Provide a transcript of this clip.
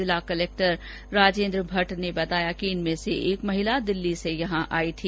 जिला कलेक्टर राजेन्द्र भट्ट ने बताया कि इनमें से एक महिला दिल्ली से यहां आयी थी